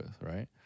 right